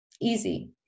easy